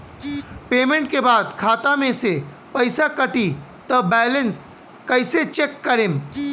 Payment के बाद खाता मे से पैसा कटी त बैलेंस कैसे चेक करेम?